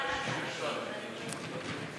הרשימה המשותפת,